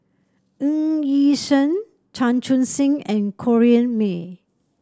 Ng Yi Sheng Chan Chun Sing and Corrinne May